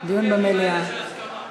דיון במליאה, מה יש בימים אלו של הסכמה?